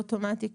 אוטומטית,